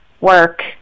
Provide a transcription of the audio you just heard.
work